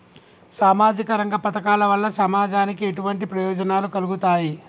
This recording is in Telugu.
సామాజిక రంగ పథకాల వల్ల సమాజానికి ఎటువంటి ప్రయోజనాలు కలుగుతాయి?